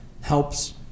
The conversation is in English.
helps